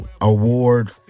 Award